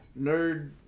nerd